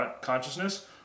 consciousness